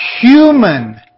human